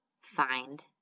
find